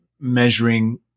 measuring